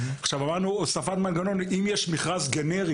אמרנו "הוספת מנגנון" אם יש מכרז גנרי